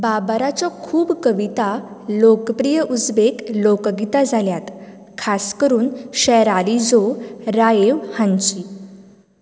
बाबराच्यो खूब कविता लोकप्रिय उझबेक लोकगीतां जाल्यात खास करून शेराली जो राय्व हांचीं